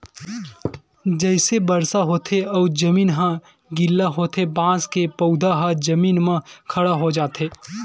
जइसे बरसा होथे अउ जमीन ह गिल्ला होथे बांस के पउधा ह जमीन म खड़ा हो जाथे